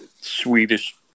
swedish